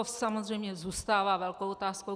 To samozřejmě zůstává velkou otázkou.